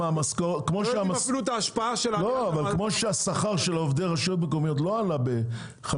כמו שהשכר של עובדי הרשויות המקומיות לא עלה ב-5%,